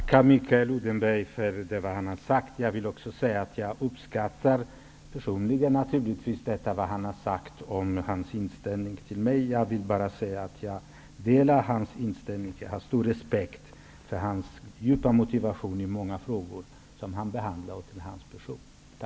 Fru talman! Jag tackar Mikael Odenberg för vad han har sagt. Jag uppskattar vad han har sagt och hans inställning till mig personligen. Jag har stor respekt för hans djupa motivation i många frågor och till hans person.